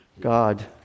God